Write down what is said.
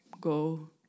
go